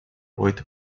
oito